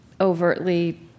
overtly